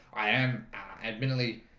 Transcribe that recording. i am admittedly